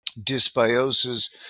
dysbiosis